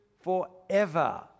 forever